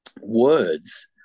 words